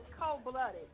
cold-blooded